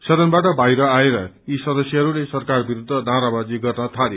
सदन बाहिर आएर यी सदस्यहस्ले सरकार विरूद्ध नाराबाजी गर्न थाले